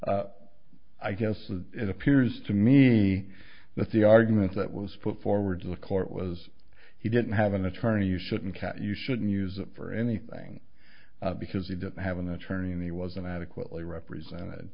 that i guess it appears to me that the argument that was put forward to the court was he didn't have an attorney you shouldn't cat you shouldn't use it for anything because he didn't have an attorney and he wasn't adequately represented